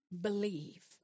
believe